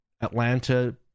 Atlanta